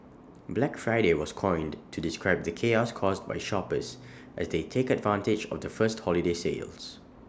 Black Friday was coined to describe the chaos caused by shoppers as they take advantage of the first holiday sales